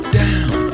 down